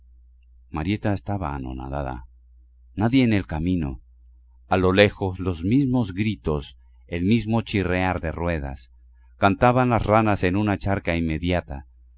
marieta estaba anonadada nadie en el camino a lo lejos los mismos gritos el mismo chirriar de ruedas cantaban las ranas en una charca inmediata